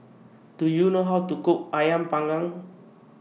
Do YOU know How to Cook Ayam Panggang